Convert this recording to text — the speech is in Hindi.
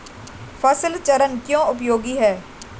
फसल चरण क्यों उपयोगी है?